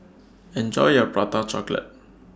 Enjoy your Prata Chocolate